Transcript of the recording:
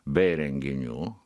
bei renginių